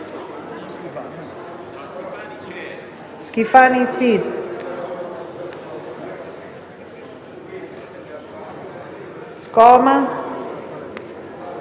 scuole